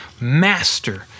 Master